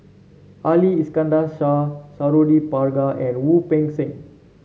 Ali Iskandar Shah Suradi Parjo and Wu Peng Seng